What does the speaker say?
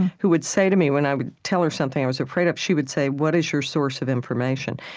who would say to me, when i would tell her something i was afraid of, she would say, what is your source of information?